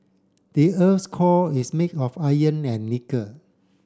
the earth core is made of iron and nickel